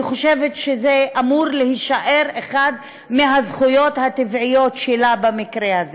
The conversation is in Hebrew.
אני חושבת שזה אמור להישאר אחת מהזכויות הטבעיות שלה במקרה הזה.